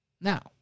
Now